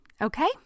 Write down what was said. Okay